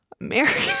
American